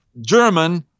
German